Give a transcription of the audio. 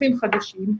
רופאים חדשים,